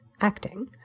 acting